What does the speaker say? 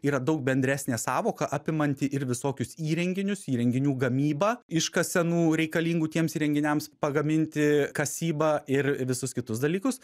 yra daug bendresnė sąvoka apimanti ir visokius įrenginius įrenginių gamybą iškasenų reikalingų tiems įrenginiams pagaminti kasybą ir visus kitus dalykus